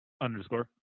underscore